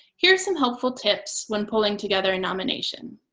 here are some helpful tips when pulling together a nomination.